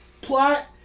plot